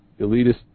elitist